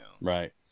Right